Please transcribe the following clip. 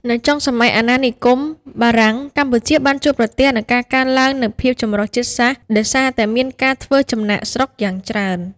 នៅចុងសម័យអាណានិគមបារាំង កម្ពុជាបានជួបប្រទះនូវការកើនឡើងនូវភាពចម្រុះជាតិសាសន៍ដោយសារតែមានការធ្វើចំណាកស្រុកយ៉ាងច្រើន។